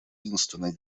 единственной